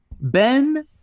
Ben